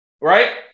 right